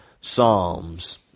psalms